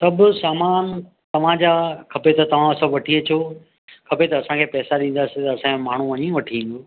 सभु सामानु तव्हांजा खपे तव्हां सभु वठी अचो खपे त असांखे पैसा ॾींदासीं त असांजो माण्हू वञी वठी ईंदो